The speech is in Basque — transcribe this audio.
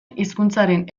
hizkuntzaren